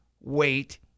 wait